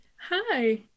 Hi